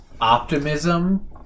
optimism